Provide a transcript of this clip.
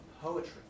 poetry